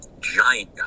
giant